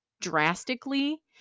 drastically